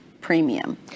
premium